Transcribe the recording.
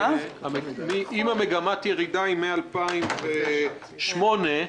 מגמת הירידה היא מ-2008.